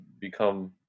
become